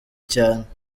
cyane